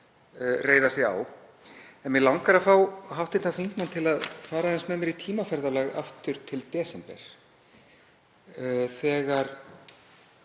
reiða sig á. En mig langar að fá hv. þingmann til að fara aðeins með mér í tímaferðalag aftur til desember þegar